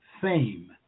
fame